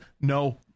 No